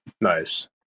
Nice